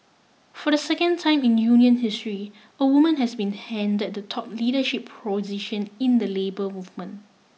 for the second time in union history a woman has been handed the top leadership position in the labour movement